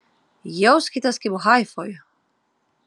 jauskitės kaip haifoj